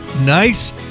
Nice